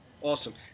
Awesome